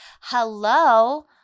hello